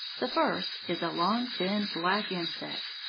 the first is a long, thin, black insect.